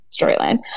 storyline